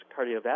cardiovascular